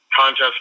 contest